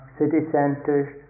city-centers